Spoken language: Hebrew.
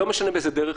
לא משנה באיזו דרך,